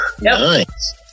Nice